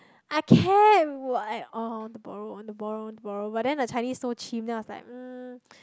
I kept oh I want to borrow I want to borrow I want to borrow but then the Chinese so chim then I was like mm